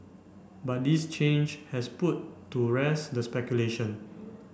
but this change has put to rest the speculation